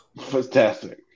Fantastic